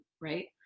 right